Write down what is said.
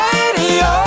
Radio